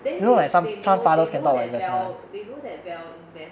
then they they know they know that dell they know that dell invest